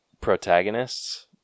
protagonists